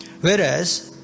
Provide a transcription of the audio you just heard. Whereas